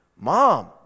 Mom